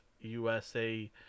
USA